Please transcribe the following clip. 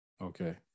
Okay